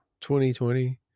2020